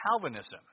Calvinism